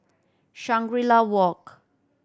Shangri La Walk